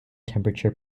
temperature